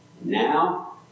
Now